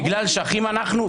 בגלל שאחים אנחנו,